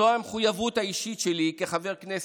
זו המחויבות האישית שלי כחבר כנסת,